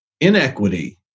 inequity